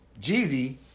Jeezy